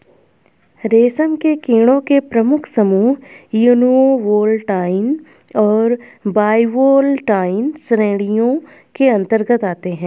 रेशम के कीड़ों के प्रमुख समूह यूनिवोल्टाइन और बाइवोल्टाइन श्रेणियों के अंतर्गत आते हैं